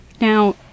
Now